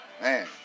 Man